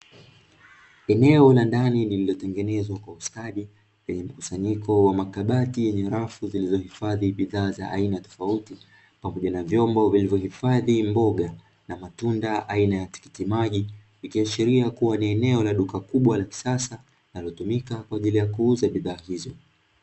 Eneo la ndani lililotengenezwa kwa ustadi lenye mkusanyiko wa makabati yenye rafu zilizohifadhi bidhaa za aina tofauti pamoja na vyombo vilivyo hifadhi mboga na matunda aina ya tikiti maji, ikiashiria kuwa ni eneo la duka la kisasa linalotumika kwa ajili ya kuuza bidhaa hizo.